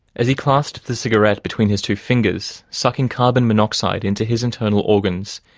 as he clasped the cigarette between his two fingers, sucking carbon monoxide into his internal organs,